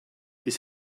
his